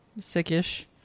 sickish